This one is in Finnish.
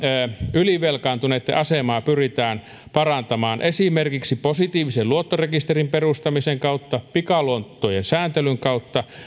ylivelkaantuneiden asemaa pyritään parantamaan esimerkiksi positiivisen luottorekisterin perustamisen kautta pikaluottojen sääntelyn kautta